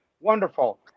wonderful